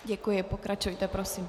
Děkuji, pokračujte prosím.